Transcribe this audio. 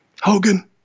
Hogan